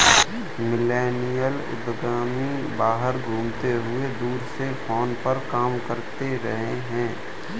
millennial उद्यमी बाहर घूमते हुए दूर से फोन पर काम कर रहे हैं